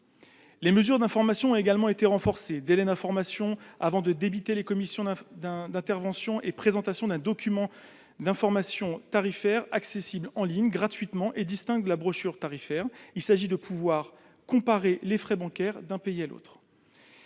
Les mesures d'information ont également été renforcées : délai d'information avant de débiter les commissions d'intervention et présentation d'un document d'information tarifaire accessible en ligne gratuitement et distinct de la brochure tarifaire ; il s'agit de pouvoir comparer les frais bancaires d'un pays à l'autre.